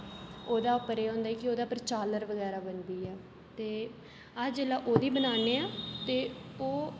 ओह्दे उप्पर एह् होंदा कि ओह्दे उप्पर झाल्लर बगैरा बनदी ऐ ते अस जेल्लै ओह्दी बनाने आं ते ओह्